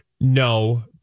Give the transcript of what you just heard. No